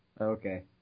okay